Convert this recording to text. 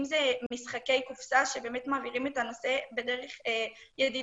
אם זה משחקי קופסה שמעבירים את הנושא בדרך ידידותית,